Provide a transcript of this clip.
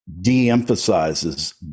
de-emphasizes